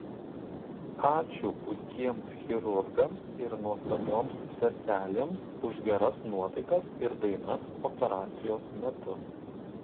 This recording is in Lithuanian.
ačiū puikiems chirurgams ir nuostabioms seselėms už geras nuotaikas ir dainas operacijos metu